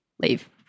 leave